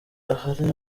ahari